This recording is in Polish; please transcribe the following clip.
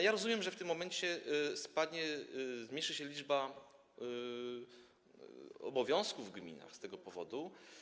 Ja rozumiem, że w tym momencie spadnie, zmniejszy się liczba obowiązków w gminach z tego powodu.